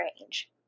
range